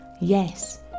Yes